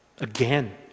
again